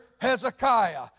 Hezekiah